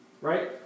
Right